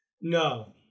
No